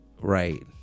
right